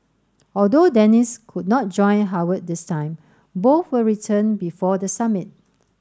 although Dennis could not join Howard this time both will return before the summit